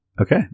Okay